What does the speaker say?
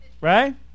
right